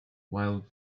while